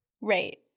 Right